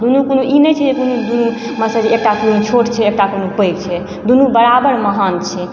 दुनू कोनो ई नहि छै जे कोनो दुनूमे सँ एकटा कोनो छोट छै एकटा कोनो पैघ छै दुनू बराबर महान छै